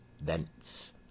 thence